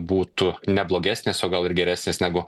būtų ne blogesnės o gal ir geresnės negu